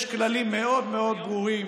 יש כללים מאוד מאוד ברורים